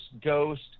ghost